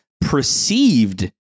perceived